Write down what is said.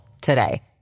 today